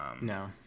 No